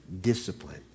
discipline